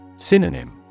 Synonym